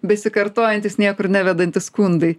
besikartojantys niekur nevedantys skundai